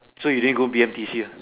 so you didn't go B_M_T_C uh